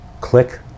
click